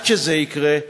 עד שזה יקרה,